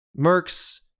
mercs